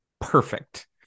Perfect